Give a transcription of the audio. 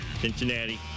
Cincinnati